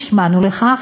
נשמענו לכך,